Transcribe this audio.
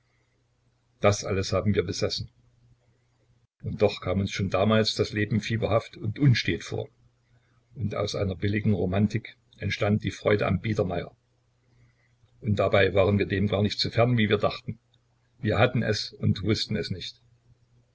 das alles haben wir besessen und doch kam uns schon damals das leben fieberhaft und unstet vor und aus einer billigen romantik entstand die freude am biedermeier und dabei waren wir dem gar nicht so fern wie wir dachten wir hatten es und wußten es nicht